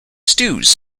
stews